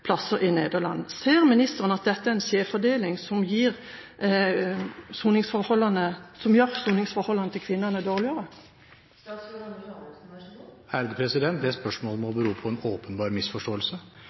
plasser i Nederland. Ser ministeren at dette er en skjevfordeling som gjør soningsforholdene til kvinnene dårligere?